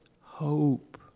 Hope